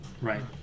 Right